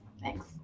Thanks